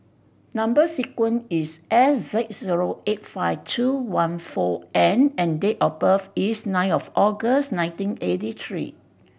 number sequence is S six zero eight five two one four N and date of birth is nine of August nineteen eighty three